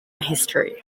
history